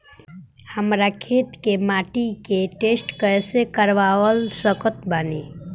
हमरा खेत के माटी के टेस्ट कैसे करवा सकत बानी?